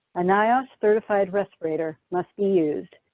a niosh certified respirator must be used.